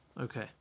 Okay